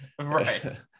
Right